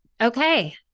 okay